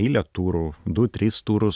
eilę turų du tris turus